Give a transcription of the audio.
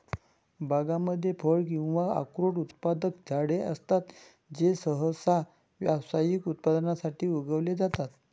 बागांमध्ये फळे किंवा अक्रोड उत्पादक झाडे असतात जे सहसा व्यावसायिक उत्पादनासाठी उगवले जातात